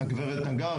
הגברת נגר,